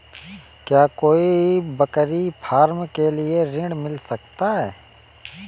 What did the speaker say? क्या कोई बकरी फार्म के लिए ऋण मिल सकता है?